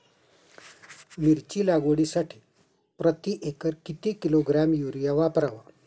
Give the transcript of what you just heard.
मिरची लागवडीसाठी प्रति एकर किती किलोग्रॅम युरिया वापरावा?